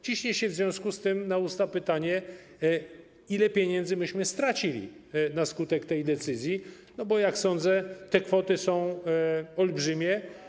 Ciśnie się w związku z tym na usta pytanie, ile pieniędzy myśmy stracili na skutek tej decyzji, bo jak sądzę, te kwoty są olbrzymie.